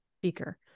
speaker